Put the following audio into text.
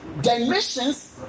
dimensions